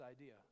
idea